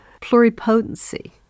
pluripotency